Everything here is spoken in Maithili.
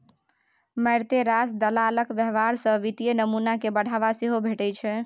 मारिते रास दलालक व्यवहार सँ वित्तीय नमूना कए बढ़ावा सेहो भेटै छै